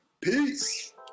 Peace